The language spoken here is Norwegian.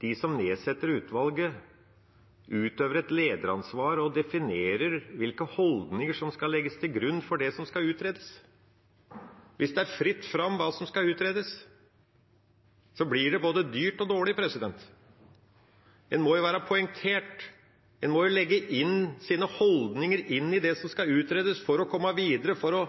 de som setter ned utvalget, utøver et lederansvar og definerer hvilke holdninger som skal legges til grunn for det som skal utredes. Hvis det er fritt fram for hva som skal utredes, blir det både dyrt og dårlig. En må være poengtert, en må legge sine holdninger inn i det som skal utredes for å komme videre, for å